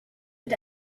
but